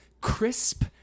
crisp